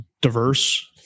diverse